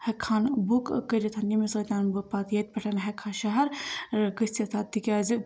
ہیٚکہٕ ہان بُک کٔرِتھ ییٚمہِ سۭتۍ بہٕ پَتہٕ ییٚتہِ پٮ۪ٹھ ہیٚکہٕ ہا شہر ٲں گٔژھِتھ تِکیٛازِ